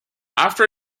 after